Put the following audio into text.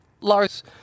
Lars